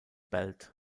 belt